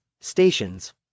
Stations